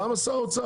למה שר האוצר?